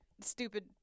stupid